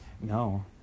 No